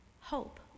hope